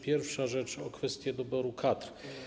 Pierwsza rzecz, o kwestię wyboru kadr.